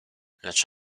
lecz